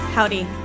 Howdy